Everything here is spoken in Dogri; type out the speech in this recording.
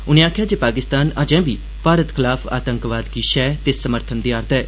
उने आक्खेआ जे पाकिस्तान अजे बी भारत खिलाफ आतंकवाद गी शैह् ते समर्थन देआ'रदा ऐ